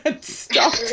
Stop